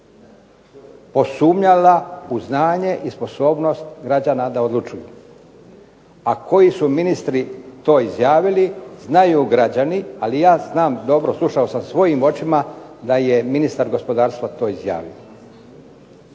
posumnjala u znanje i sposobnost građana da odlučuju. A koji su ministri to izjavili znaju građani, ali i ja znam dobro. Slušao sam svojim očima da je ministar gospodarstva to izjavio.